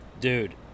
dude